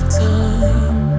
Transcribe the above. time